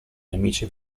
nemici